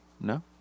No